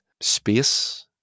space